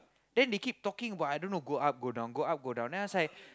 then they keep talking about I don't know go up go down go up go down then I was like